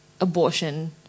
abortion